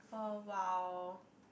oh !wow!